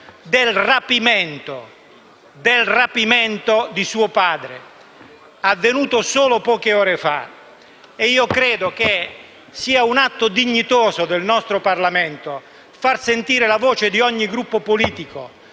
del rapimento di suo padre, avvenuto solo poche ore fa. Credo sia un atto dignitoso del nostro Parlamento far sentire la voce di ogni Gruppo politico,